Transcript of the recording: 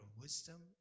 wisdom